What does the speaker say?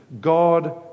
God